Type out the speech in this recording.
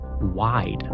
wide